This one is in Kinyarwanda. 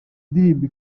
ndirimbo